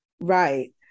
Right